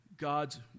God's